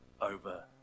over